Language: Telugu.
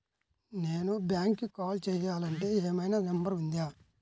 నేను బ్యాంక్కి కాల్ చేయాలంటే ఏమయినా నంబర్ ఉందా?